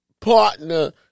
partner